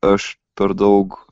aš per daug